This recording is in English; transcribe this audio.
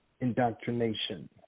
indoctrination